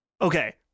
Okay